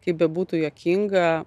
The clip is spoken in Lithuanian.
kaip bebūtų juokinga